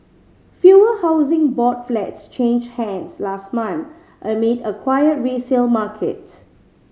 fewer Housing Board flats changed hands last month amid a quiet resale market